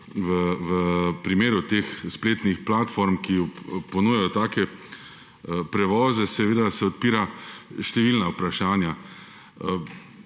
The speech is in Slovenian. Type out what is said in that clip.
v primeru teh spletnih platform, ki ponujajo take prevoze, seveda se odpira številna vprašanja.